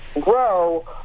grow